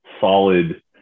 solid